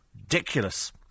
Ridiculous